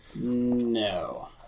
No